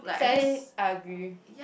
sadly I agree